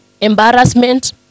embarrassment